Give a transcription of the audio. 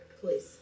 Please